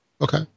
okay